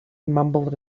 mumbled